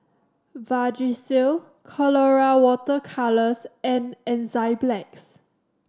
Vagisil Colora Water Colours and Enzyplex